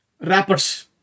Rappers